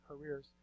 careers